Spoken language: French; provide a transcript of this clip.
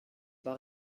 pas